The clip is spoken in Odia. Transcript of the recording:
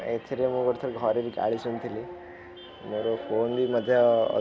ଏଥିରେ ମୁଁ ଗୋଟେ ଥରେ ଘରେ ବି ଗାଳି ଶୁଣିଥିଲି ମୋର ଫୋନ ବି ମଧ୍ୟ